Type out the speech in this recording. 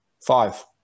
five